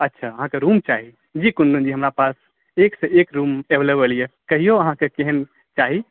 अच्छा अहाँकेँ रूम चाही जी कुन्दन जी हमरा पास सिर्फ एक रुम एविलेबल यऽ कहिऔ अहाँकेँ केहन चाही